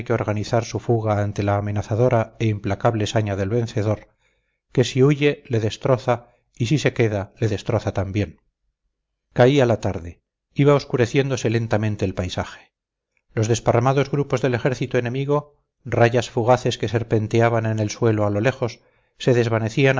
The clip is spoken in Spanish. organizar su fuga ante la